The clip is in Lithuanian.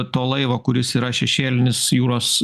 to laivo kuris yra šešėlinis jūros